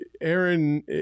Aaron